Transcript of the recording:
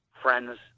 Friends